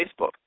Facebook